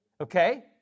okay